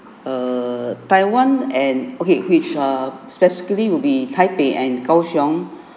err taiwan and okay which err specifically will be taipei and kao siong